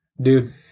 Dude